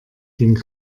ding